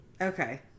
Okay